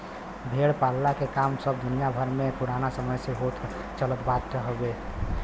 भेड़ पालला के काम सब दुनिया भर में पुराना समय से होत चलत आवत बाटे